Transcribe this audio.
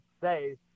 say